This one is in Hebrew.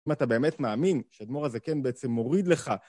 אם אתה באמת מאמין שהאדמו"ר הזקן בעצם מוריד לך...